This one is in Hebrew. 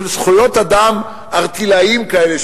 של זכויות אדם ערטילאיות כאלה,